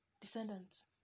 Descendants